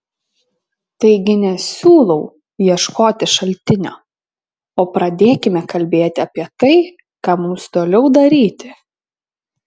taigi nesiūlau ieškoti šaltinio o pradėkime kalbėti apie tai ką mums toliau daryti